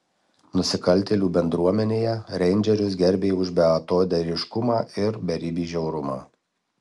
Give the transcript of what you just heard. nusikaltėlių bendruomenėje reindžerius gerbė už beatodairiškumą ir beribį žiaurumą